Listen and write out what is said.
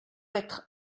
être